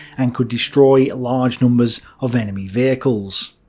and could destroy large numbers of enemy vehicles.